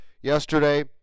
yesterday